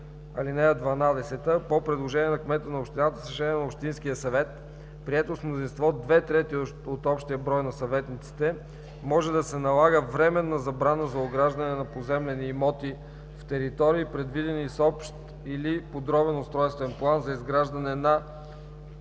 60 см. (12) По предложение на кмета на общината с решение на общинския съвет, прието с мнозинство две трети от общия брой на съветниците, може да се налага временна забрана за ограждане на поземлени имоти в територии, предвидени с общ или подробен устройствен план за изграждане на